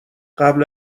قبل